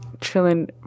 chilling